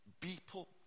people